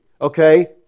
Okay